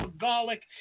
garlic